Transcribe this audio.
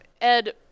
Ed